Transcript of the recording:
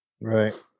Right